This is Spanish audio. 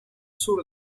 sur